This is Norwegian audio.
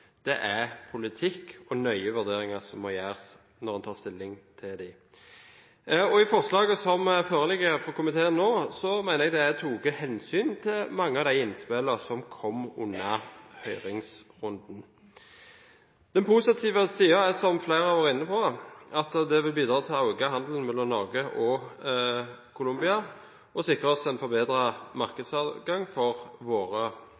det er politikk og nøye vurderinger som må gjøres når en tar stilling til dem. I forslaget som foreligger fra komiteen, mener jeg det er tatt hensyn til mange av de innspillene som kom under høringsrunden. Den positive siden er – som flere har vært inne på – at avtalen vil bidra til å øke handelen mellom Norge og Colombia og sikre en forbedret markedsadgang for våre